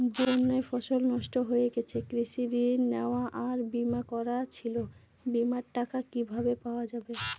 বন্যায় ফসল নষ্ট হয়ে গেছে কৃষি ঋণ নেওয়া আর বিমা করা ছিল বিমার টাকা কিভাবে পাওয়া যাবে?